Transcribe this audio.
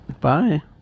bye